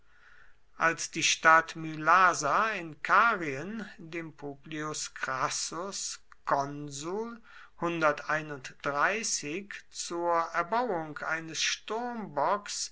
als die stadt mylasa in karien dem publius crassus konsul zur erbauung eines sturmbocks